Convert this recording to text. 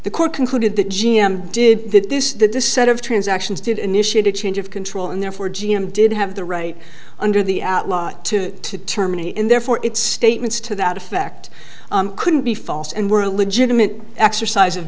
the court concluded that g m did this that this set of transactions did initiate a change of control and therefore g m did have the right under the outlaw to terminate and therefore it's statements to that effect couldn't be false and were a legitimate exercise of